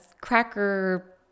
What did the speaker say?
cracker